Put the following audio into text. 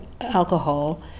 alcohol